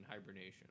hibernation